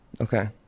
Okay